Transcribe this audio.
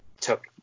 took